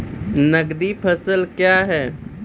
नगदी फसल क्या हैं?